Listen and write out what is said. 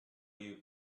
you